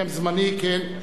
שם זמני, כן.